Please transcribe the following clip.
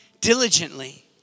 diligently